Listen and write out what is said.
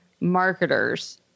marketers